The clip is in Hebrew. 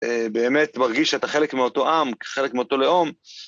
באמת מרגיש שאתה חלק מאותו עם, חלק מאותו לאום.